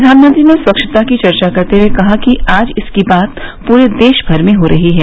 प्रधानमंत्री ने स्वच्छता की चर्चा करते हुए कहा कि आज इसकी बात पूरे देशभर में हो रही है